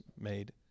made